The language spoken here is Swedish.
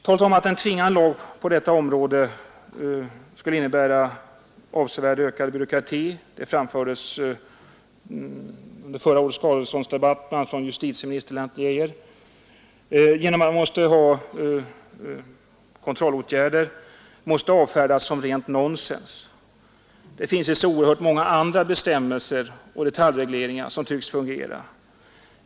Talet om att en tvingande lag på detta område — detta framfördes i förra årets skadeståndsdebatt bl.a. av justitieminister Geijer — skulle innebära en avsevärd byråkrati på grund av de kontrollåtgärder som skulle erfordras måste avfärdas som rent nonsens. Det finns oerhört många andra bestämmelser och detaljregleringar som tycks fungera.